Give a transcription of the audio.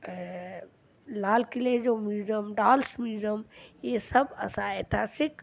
लाल क़िले जो museum dolls museum इहे सभु इतिहासिक